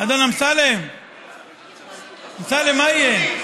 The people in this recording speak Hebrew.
אדון אמסלם, אמסלם, מה יהיה?